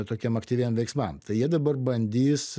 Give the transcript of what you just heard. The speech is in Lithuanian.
tokiem aktyviam veiksmam tai jie dabar bandys